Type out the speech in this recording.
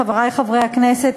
חברי חברי הכנסת,